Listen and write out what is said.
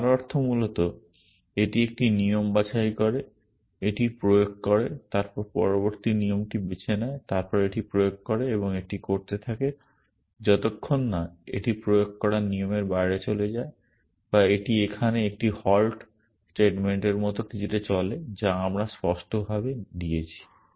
যার অর্থ মূলত এটি একটি নিয়ম বাছাই করে এটি প্রয়োগ করে তারপর পরবর্তী নিয়মটি বেছে নেয় তারপর এটি প্রয়োগ করে এবং এটি করতে থাকে যতক্ষণ না এটি প্রয়োগ করার নিয়মের বাইরে চলে যায় বা এটি এখানে একটি হল্ট স্টেটমেন্টের মতো কিছুতে চলে যা আমরা স্পষ্টভাবে দিয়েছি